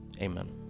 Amen